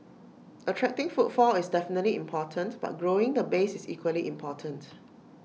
attracting footfall is definitely important but growing the base is equally important